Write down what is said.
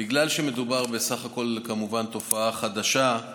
בגלל שמדובר בסך הכול, כמובן, בתופעה חדשה.